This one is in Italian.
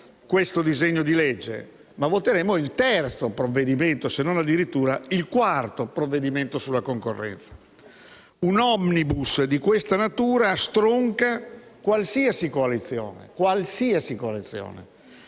*omnibus* di questa natura stronca qualsiasi coalizione.